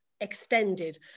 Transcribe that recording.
extended